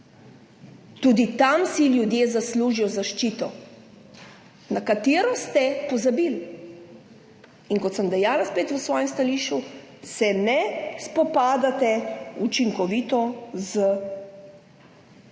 Tudi tam si ljudje zaslužijo zaščito, na katero ste pozabili in kot sem dejala spet v svojem stališču, se ne spopadate učinkovito z